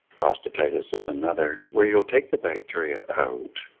prostatitis is another, where you'll take the bacteria out,